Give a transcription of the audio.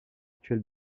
actuel